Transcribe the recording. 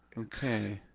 okay.